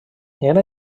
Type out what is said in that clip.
era